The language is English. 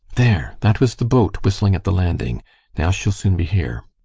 there that was the boat whistling at the landing now she'll soon be here.